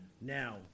Now